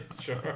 sure